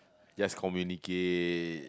just communicate